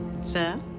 Sir